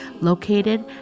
located